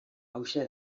hauxe